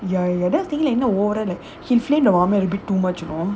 ya ya ya then I was thinking like warren like he'll slay the mummy a bit too much and all